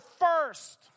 first